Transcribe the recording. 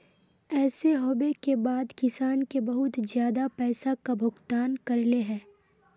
ऐसे होबे के बाद किसान के बहुत ज्यादा पैसा का भुगतान करले है?